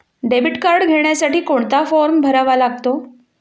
Debit card घेण्यासाठी कोणता form भरावा लागतो?